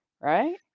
right